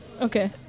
okay